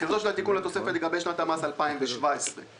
"תחילתו של התיקון לתוספת לגבי שנת המס 2017 ביום